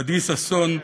עדי ששון,